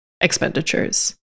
expenditures